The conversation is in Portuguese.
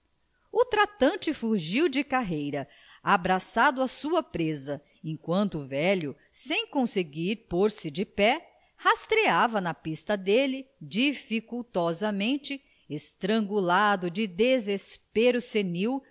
o tratante fugiu de carreira abraçado à sua presa enquanto o velho sem conseguir pôr-se de pé rastreava na pista dele dificultosamente estrangulado de desespero senil